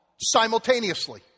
simultaneously